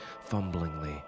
fumblingly